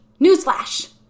newsflash